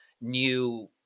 new